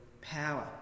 power